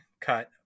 cut